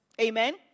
Amen